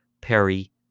perry